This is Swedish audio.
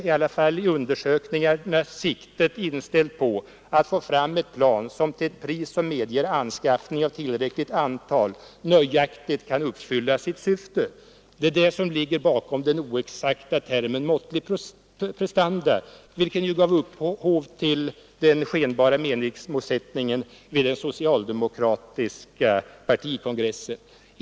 I undersökningarna är siktet inställt på att få fram ett plan som till ett pris som medger anskaffning i tillräckligt antal nöjaktigt kan fylla sitt syfte. Det är detta som ligger bakom den inexakta termen ”måttliga prestanda”, vilken gav upphov till den skenbara motsättningen vid den socialdemokratiska partikongressen.